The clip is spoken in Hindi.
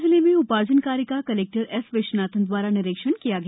गुना जिले में उपार्जन कार्य का कलेक्टर एस विश्वनाथन द्वारा निरीक्षण किया गया